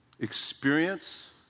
Experience